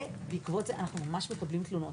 בעקבות זה אנחנו ממש מקבלים תלונות.